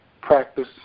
practice